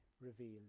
revealed